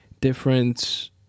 different